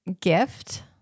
gift